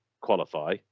qualify